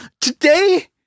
Today